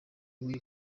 w’iyi